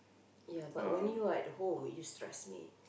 ya but when you are at home you stress me